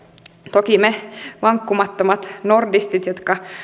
toki me vankkumattomat nordistit jotka